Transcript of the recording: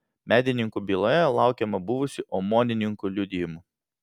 medininkų byloje laukiama buvusių omonininkų liudijimų